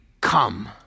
come